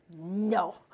no